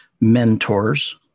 mentors